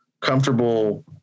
comfortable